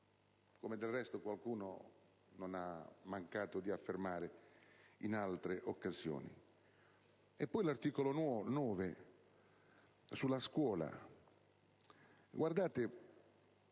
come del resto qualcuno non ha mancato di affermare in altre occasioni. E poi l'articolo 9 sulla scuola: è